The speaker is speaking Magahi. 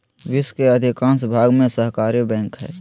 विश्व के अधिकांश भाग में सहकारी बैंक हइ